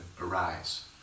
arise